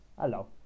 hello